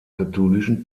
katholischen